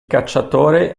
cacciatore